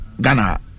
Ghana